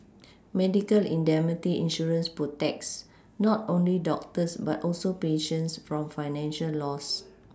medical indemnity insurance protects not only doctors but also patients from financial loss